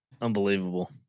Unbelievable